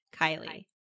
Kylie